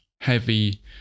heavy